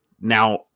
Now